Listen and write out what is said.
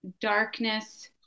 darkness